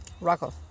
Rocco